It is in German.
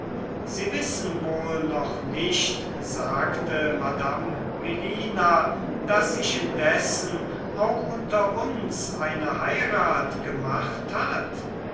sie wissen wohl noch nicht sagte madame melina daß sich indessen auch unter uns eine heirat gemacht hat